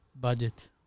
budget